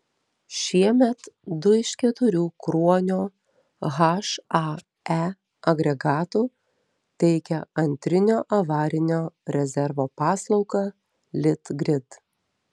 šiemet du iš keturių kruonio hae agregatų teikia antrinio avarinio rezervo paslaugą litgrid